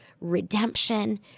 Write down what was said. redemption